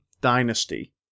Dynasty